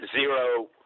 zero